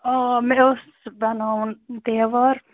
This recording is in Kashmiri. آ مےٚ اوس بَناوُن دیوار